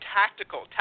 tactical